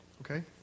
okay